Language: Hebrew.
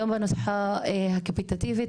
גם בנוסחת הקפיטציה ,